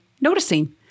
noticing